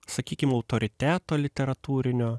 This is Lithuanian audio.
sakykim autoriteto literatūrinio